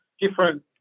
different